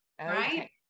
right